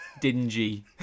dingy